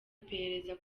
iperereza